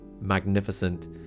Magnificent